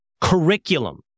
curriculum